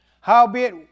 Howbeit